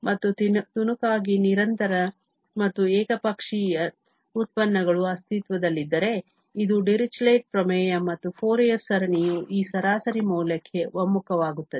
ಮತ್ತು ತುಣುಕಾಗಿ ನಿರಂತರ ಮತ್ತು ಏಕಪಕ್ಷೀಯ ಉತ್ಪನ್ನಗಳು ಅಸ್ತಿತ್ವದಲ್ಲಿದ್ದರೆ ಇದು ಡಿರಿಚ್ಲೆಟ್ ಪ್ರಮೇಯ ಮತ್ತು ಫೋರಿಯರ್ ಸರಣಿಯು ಈ ಸರಾಸರಿ ಮೌಲ್ಯಕ್ಕೆ ಒಮ್ಮುಖವಾಗುತ್ತದೆ